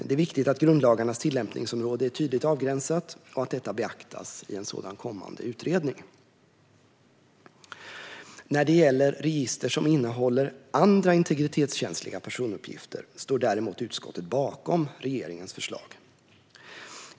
Det är viktigt att grundlagarnas tillämpningsområde är tydligt avgränsat och att detta beaktas i en kommande utredning. När det gäller register som innehåller andra integritetskänsliga personuppgifter står däremot utskottet bakom regeringens förslag.